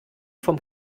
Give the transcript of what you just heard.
vom